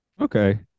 Okay